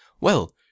Well